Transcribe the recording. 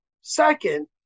Second